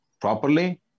properly